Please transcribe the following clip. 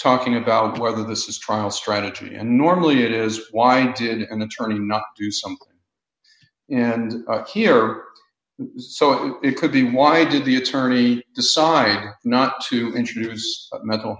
talking about whether this is a trial strategy and normally it is why did an attorney not do something and here so it could be why did the attorneys decide not to introduce mental